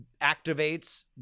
activates